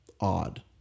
odd